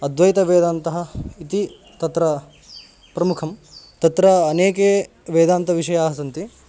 अद्वैतवेदान्तः इति तत्र प्रमुखं तत्र अनेके वेदान्तविषयाः सन्ति